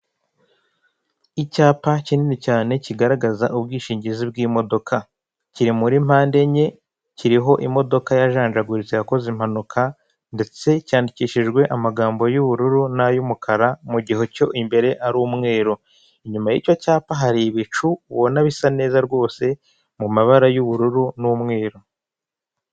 Icyapa kinini cyane, kigaragaza ubwishingizi bw'imodoka. Kiri muri mpande enye, kiriho imodoka yajanjaguritse, yakoze impanuka, ndetse cyandikishijwe amagambo y'ubururu n'ay'umukara, mu gihe cyo imbere ari umweru. Inyuma y'icyo cyapa hari ibicu ubona bisa neza rwose, mu mabara y'ubururu n'umweru.